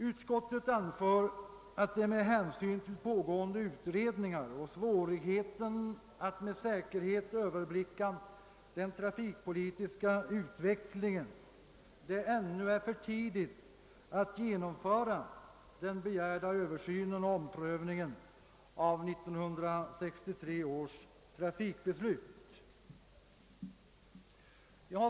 Utskottet anför att det med hänsyn till pågående utredningar och svårigheten att med säkerhet överblicka den trafikpolitiska utvecklingen ännu är för tidigt att genomföra den begärda översynen och omprövningen av 1963 års trafikbeslut.